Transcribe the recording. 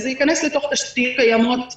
זה ייכנס אל תוך תשתיות קיימות שלנו,